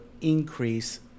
increase